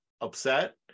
upset